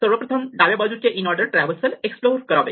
सर्वप्रथम डाव्या बाजूचे इनऑर्डर ट्रॅव्हल्सल एक्सप्लोर करावे